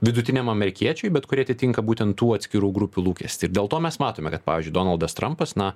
vidutiniam amerikiečiui bet kurie atitinka būtent tų atskirų grupių lūkestį ir dėl to mes matome kad pavyzdžiui donaldas trampas na